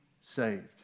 saved